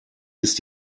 ist